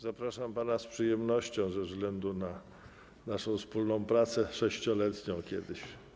Zapraszam pana z przyjemnością ze względu na naszą wspólną pracę 6-letnią kiedyś.